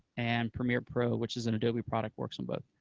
and premier pro, which is an adobe product, works on both.